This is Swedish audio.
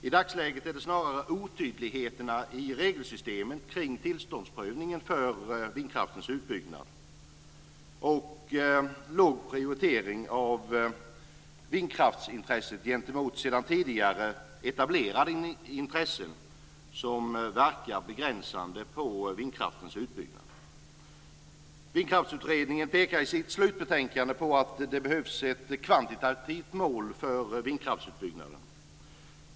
I dagsläget är det snarare otydligheterna i regelsystemen för tillståndsprövningen för vindkraftens utbyggnad och låg prioritering av vindkraftsintresset gentemot sedan tidigare etablerade intressen som verkar begränsande på vindkraftens utbyggnad. Vindkraftsutredningen pekar i sitt slutbetänkande på att det behövs ett kvantitativt mål för vindkraftsutbyggnaden.